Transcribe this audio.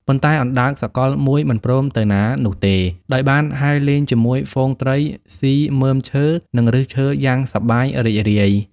ប៉ុន្តែអណ្ដើកសកលមួយមិនព្រមទៅណានោះទេ ដោយបានហែលលេងជាមួយហ្វូងត្រីស៊ីមើមឈើ និងឫសឈើយ៉ាងសប្បាយរីករាយ។